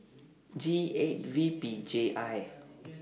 G eight V P J I